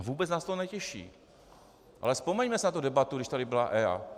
Vůbec nás to netěší, ale vzpomeňme si na tu debatu, když tady byla EIA.